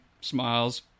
smiles